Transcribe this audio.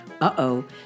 Uh-oh